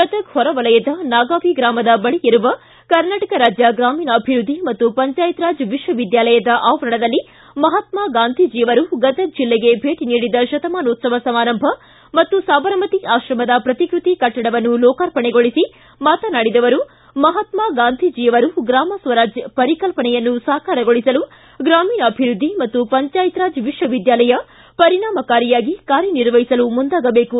ಗದಗ ಹೊರವಲಯದ ನಾಗಾವಿ ಗ್ರಾಮದ ಬಳಿ ಇರುವ ಕರ್ನಾಟಕ ರಾಜ್ಯ ಗ್ರಾಮೀಣಾಭಿವೃದ್ಧಿ ಮತ್ತು ಪಂಚಾಯತ್ ರಾಜ್ ವಿಶ್ವ ವಿದ್ಯಾಲಯದ ಆವರಣದಲ್ಲಿ ಮಹಾತ್ಮಾ ಗಾಂಧೀಜಿ ಅವರು ಗದಗ ಜಿಲ್ಲೆಗೆ ಭೇಟಿ ನೀಡಿದ ಶತಮಾನೋತ್ಸವ ಸಮಾರಂಭ ಹಾಗೂ ಸಾಬರಮತಿ ಆಶ್ರಮದ ಪ್ರತಿಕೃತಿ ಕಟ್ಟಡವನ್ನು ಲೋಕಾರ್ಪಣೆಗೊಳಿಸಿ ಮಾತನಾಡಿದ ಅವರು ಮಹಾತ್ಮಾ ಗಾಂಧೀಜಿ ಅವರು ಗ್ರಾಮ ಸ್ವರಾಜ್ ಪರಿಕಲ್ಪನೆಯನ್ನು ಸಾಕಾರಗೊಳಿಸಲು ಗ್ರಾಮೀಣಾಭಿವೃದ್ಧಿ ಮತ್ತು ಪಂಚಾಯತ್ ರಾಜ್ ವಿಶ್ವವಿದ್ಯಾಲಯ ಪರಿಣಾಮಕಾರಿಯಾಗಿ ಕಾರ್ಯ ನಿರ್ವಹಿಸಲು ಮುಂದಾಗಬೇಕು